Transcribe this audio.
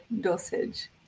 dosage